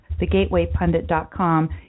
thegatewaypundit.com